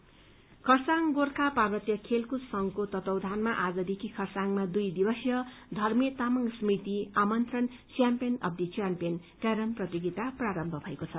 tournament Kurseong Gorkha पार्वतीय खेलकृद संघको तत्वावथनमा आजदेखि खरसाङमा दुइ दिवसीय धर्मे तामाङ स्मृति आमन्त्रण champion of the champion carrom प्रतियोगिता प्रारम्भ भएको छ